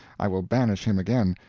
i will banish him again,